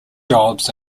jobs